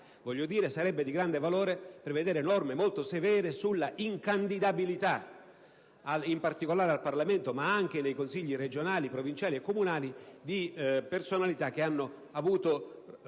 sarebbe di grande valore prevedere norme molto severe sulla incandidabilità - in particolare al Parlamento ma anche nei Consigli regionali, provinciali e comunali - di personalità che hanno commesso